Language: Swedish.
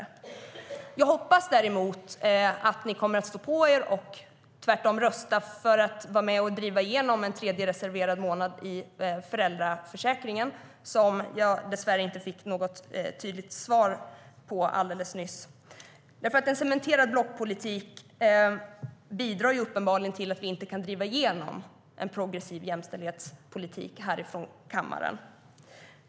Jag hoppas dock att ni kommer att stå på er och rösta för att vara med och driva igenom en tredje reserverad månad i föräldraförsäkringen, vilket jag dessvärre inte fick något tydligt svar om alldeles nyss. En cementerad blockpolitik bidrar nämligen till att vi inte kan driva igenom en progressiv jämställdhetspolitik härifrån kammaren.